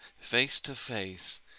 face-to-face